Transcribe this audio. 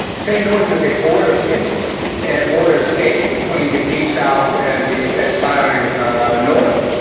st louis is a border city and a border state between the deep south and the aspiring north,